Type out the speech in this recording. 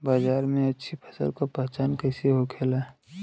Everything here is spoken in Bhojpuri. बाजार में अच्छी फसल का पहचान कैसे होखेला?